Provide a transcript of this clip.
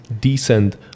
decent